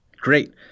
great